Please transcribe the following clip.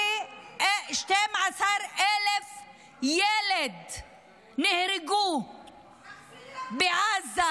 12,000 ילדים נהרגו בעזה.